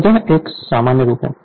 तो यह एक समस्या है